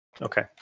okay